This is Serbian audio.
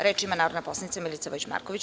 Reč ima narodna poslanica Milica Vojić Marković.